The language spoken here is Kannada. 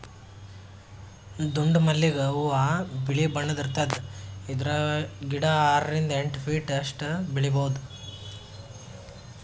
ದುಂಡ್ ಮಲ್ಲಿಗ್ ಹೂವಾ ಬಿಳಿ ಬಣ್ಣದ್ ಇರ್ತದ್ ಇದ್ರ್ ಗಿಡ ಆರರಿಂದ್ ಎಂಟ್ ಫೀಟ್ ಅಷ್ಟ್ ಬೆಳಿಬಹುದ್